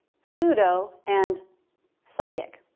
pseudo, and psychic.